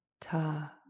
ta